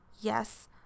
Yes